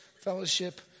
fellowship